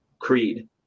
creed